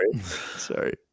Sorry